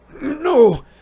No